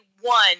one